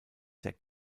der